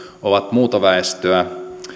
ovat muuta väestöä